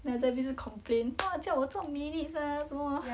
then 她现在一直 complain 啊叫我做 minutes ah 什么